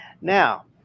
Now